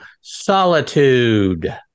solitude